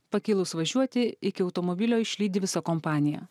pakilus važiuoti iki automobilio išlydi visa kompanija